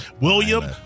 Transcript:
William